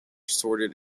sorted